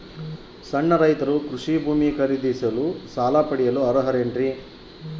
ಸಣ್ಣ ರೈತರು ಕೃಷಿ ಭೂಮಿ ಖರೇದಿಸಲು ಸಾಲ ಪಡೆಯಲು ಅರ್ಹರೇನ್ರಿ?